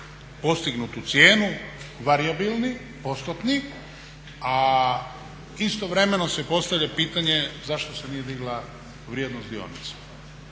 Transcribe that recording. postignutu cijenu varijabilni, postotni, a istovremeno se postavlja pitanje zašto se nije digla vrijednost dionica.